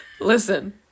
Listen